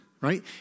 right